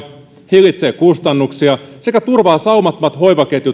hillitsee kustannuksia sekä turvaa saumattomat hoivaketjut ja